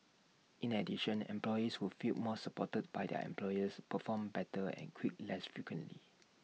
in addition employees who feel more supported by their employers perform better and quit less frequently